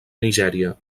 nigèria